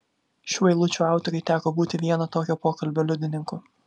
šių eilučių autoriui teko būti vieno tokio pokalbio liudininku